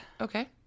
Okay